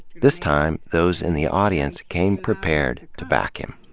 this time, those in the audience came prepared to back him.